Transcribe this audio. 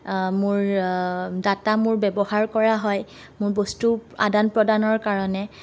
মোৰ ডাটা মোৰ ব্যৱহাৰ কৰা হয় মোৰ বস্তু আদান প্ৰদানৰ কাৰণে